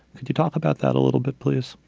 could you talk about that a little bit, please?